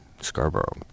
Scarborough